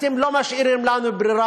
אתם לא משאירים לנו ברירה,